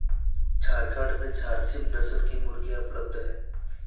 झारखण्ड में झारसीम नस्ल की मुर्गियाँ उपलब्ध है